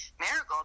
Marigold